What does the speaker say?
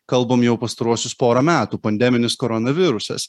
kalbam jau pastaruosius porą metų pandeminis koronavirusas